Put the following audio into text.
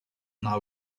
nou